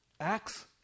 Acts